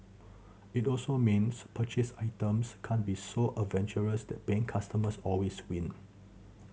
it also means purchased items can't be so advantageous that paying customers always win